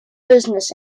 business